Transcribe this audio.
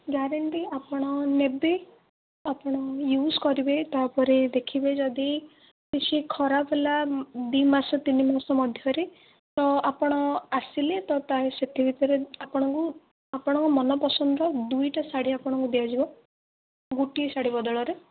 guarantee ଆପଣ ନେବେ ଆପଣ ୟୁଜ୍ କରିବେ ତା'ପରେ ଦେଖିବେ ଯଦି କିଛି ଖରାପ ହେଲା ଦୁଇ ମାସ ତିନିମାସ ମଧ୍ୟରେ ତ ଆପଣ ଆସିଲେ ତ ତା' ସେଥି ଭିତରେ ଆପଣଙ୍କୁ ଆପଣଙ୍କ ମନ ପସନ୍ଦର ଦୁଇଟା ଶାଢ଼ୀ ଆପଣଙ୍କୁ ଦିଆଯିବ ଗୋଟିଏ ଶାଢ଼ୀ ବଦଳରେ